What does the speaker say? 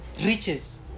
riches